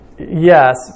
Yes